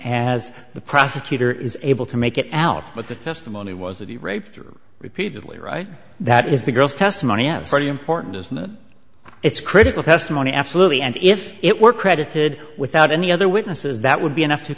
and the prosecutor is able to make it out but the testimony was that he raped her repeatedly right that is the girl's testimony as pretty important as not it's critical testimony absolutely and if it were credited without any other witnesses that would be enough to